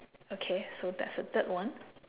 okay so that's a third one